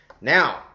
Now